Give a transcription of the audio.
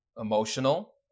emotional